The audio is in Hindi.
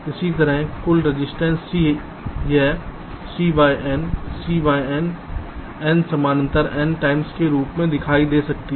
इसी प्रकार कुल कपसिटंस C यह C by NC by N N समांतर N टाइम्स के रूप में दिखाई दे सकती है